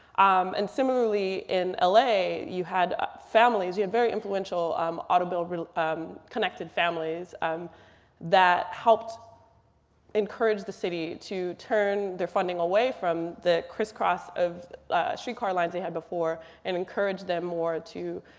um and similarly in la, you had ah families, you had very influential um automobile um connected families um that helped encourage the city to turn their funding away from the criss-cross of street car lines they had before and encouraged them more to